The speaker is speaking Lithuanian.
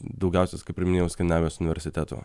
daugiausias kaip ir minėjau skandinavijos universitetų